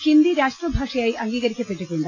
ഹിന്ദി രാഷ്ട്രഭാഷയായി അംഗീകരിക്കപ്പെട്ടിട്ടുണ്ട്